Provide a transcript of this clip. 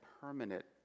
permanent